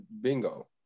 bingo